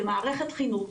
כמערכת חינוך.